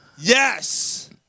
Yes